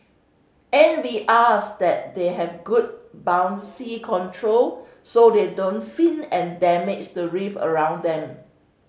and we ask that they have good buoyancy control so they don't fin and damage the reef around them